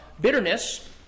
bitterness